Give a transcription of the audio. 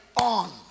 on